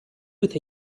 with